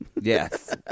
yes